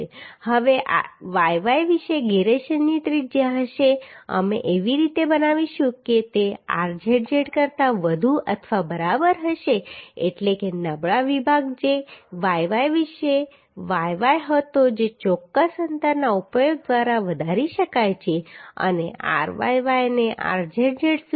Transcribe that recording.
હવે yy વિશે gyration ની ત્રિજ્યા હશે અમે એવી રીતે બનાવીશું કે તે rzz કરતાં વધુ અથવા બરાબર હશે એટલે કે નબળા વિભાગ જે yy વિશે yy હતો જે ચોક્કસ અંતરના ઉપયોગ દ્વારા વધારી શકાય છે અને ryy ને rzz સુધી વધારી શકાય છે